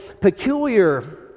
peculiar